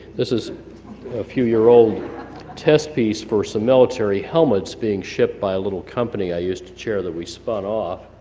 this is a few year old test piece for some military helmets being shipped by a little company i used to chair that we spun off.